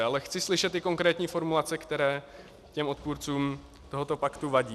Ale chci slyšet konkrétní formulace, které odpůrcům tohoto paktu vadí.